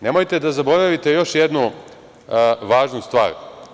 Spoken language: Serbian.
Nemojte da zaboravite još jednu važnu stvar.